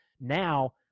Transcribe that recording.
now